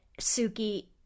Suki